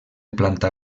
planta